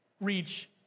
reach